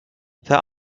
there